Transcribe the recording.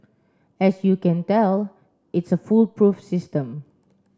as you can tell it's a foolproof system